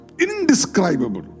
Indescribable